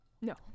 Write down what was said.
No